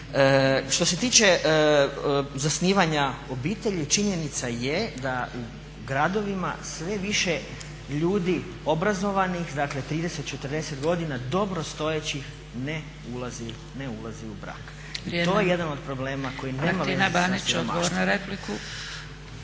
Što se tiče zasnivanja obitelji činjenica je da u gradovima sve više ljudi obrazovanih, dakle 30, 40 godina dobrostojećih ne ulazi u brak. I to je jedan od problema koji nema veze sa siromaštvom.